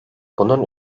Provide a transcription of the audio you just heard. bunun